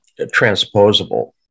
transposable